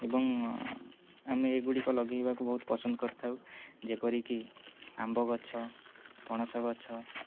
ଏବଂ ଆମେ ଏଗୁଡ଼ିକ ଲଗେଇବାକୁ ବହୁତ ପସନ୍ଦ କରିଥାଉ ଯେପରିକି ଆମ୍ବ ଗଛ ପଣସ ଗଛ